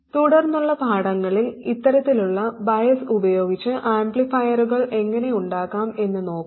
തുടർന്നുള്ള പാഠങ്ങളിൽ ഇത്തരത്തിലുള്ള ബയാസ് ഉപയോഗിച്ച് ആംപ്ലിഫയറുകൾ എങ്ങനെ ഉണ്ടാക്കാം എന്ന് നോക്കാം